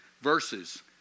verses